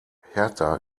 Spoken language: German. hertha